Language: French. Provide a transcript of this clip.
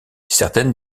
certaines